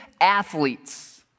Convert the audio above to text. athletes